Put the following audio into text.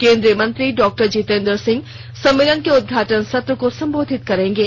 केंद्रीय मंत्री डॉक्टर जितेन्द्र सिंह सम्मेलन के उदघाटन सत्र को संबोधित करेंगे